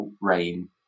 rain